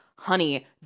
honey